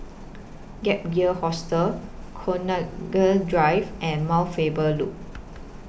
Gap Year Hostel Connaught Drive and Mount Faber Loop